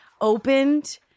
opened